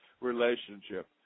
relationship